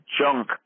junk